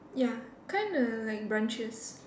ya kind of like branches